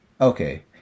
okay